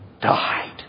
died